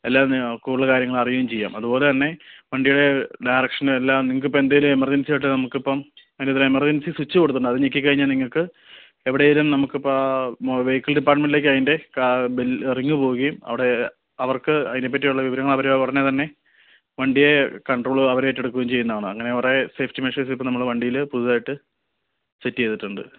എല്ലാം കൂടുതൽ കാര്യങ്ങൾ അറിയുകയും ചെയ്യാം അതുപോലെ തന്നെ വണ്ടിയുടെ ഡയറക്ഷൻ എല്ലാം നിങ്ങൾക്ക് ഇപ്പം എന്തെങ്കിലും എമർജൻസി ആയിട്ട് നമുക്ക് ഇപ്പം അതിനകത്ത് എമർജൻസി സ്വിച്ച് കൊടുത്തിട്ടുണ്ട് അത് ഞെക്കി കഴിഞ്ഞാൽ നിങ്ങൾക്ക് എവിടെയെങ്കിലും നമുക്ക് ഇപ്പോൾ മൊ വെഹിക്കിൾ ഡിപ്പാർട്ട്മെൻ്റിലേക്ക് അതിൻ്റെ കാ ബെൽ റിങ്ങ് പോവുകയും അവിടെ അവർക്ക് അതിനെ പറ്റിയുള്ള വിവരങ്ങൾ അവർ ഉടനെ തന്നെ വണ്ടിയെ കണ്ട്രോൾ അവർ ഏറ്റെടുക്കുകയും ചെയ്യുന്നതാണ് അങ്ങനെ അവിടെ സേഫ്റ്റി മെഷേഴ്സ് ഇപ്പം നമ്മൾ വണ്ടിയിൽ പുതുതായിട്ട് സെറ്റ് ചെയ്തിട്ടുണ്ട്